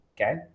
okay